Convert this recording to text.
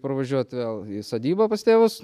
parvažiuot vėl į sodybą pas tėvus